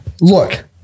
Look